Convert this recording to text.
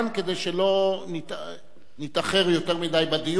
כדי שלא נתאחר יותר מדי בדיון.